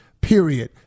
Period